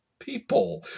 people